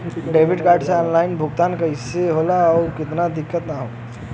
Debit card से online भुगतान कइले से काउनो दिक्कत ना होई न?